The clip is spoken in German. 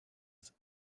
ist